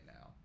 now